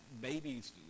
babies